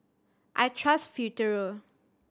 I trust Futuro